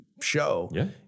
show